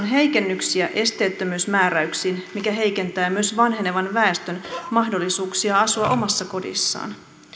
heikennyksiä esteettömyysmääräyksiin mikä heikentää myös vanhenevan väestön mahdollisuuksia asua omassa kodissaan